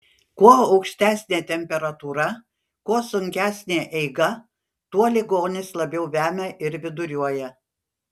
kuo aukštesnė temperatūra kuo sunkesnė eiga tuo ligonis labiau vemia ir viduriuoja